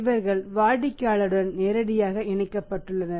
இவர்கள் வாடிக்கையாளருடன் நேரடியாக இணைக்கப்பட்டுள்ளனர்